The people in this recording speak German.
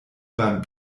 beim